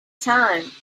time